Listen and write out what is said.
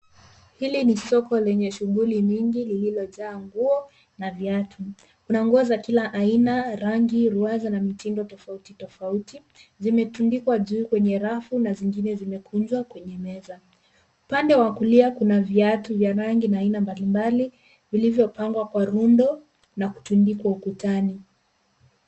Hili ni soko lenye shughuli nyingi lililojaa nguo na viatu. Kuna nguo za kila aina ,rangi, ruwaza na mitindo tofauti tofauti. Zimetundikwa juu kwenye rafu na zingine zimekunjwa kwenye meza. Upande kulia kuna viatu vya rangi na aina mbalimbali vilivyopangwa kwa rundo na kutundikwa ukutani.